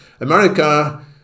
America